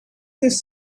this